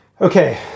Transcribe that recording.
Okay